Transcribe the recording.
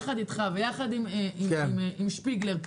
ביחד איתך וביחד עם מאיר שפיגלר,